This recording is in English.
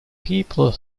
people